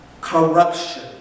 Corruption